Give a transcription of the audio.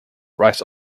rice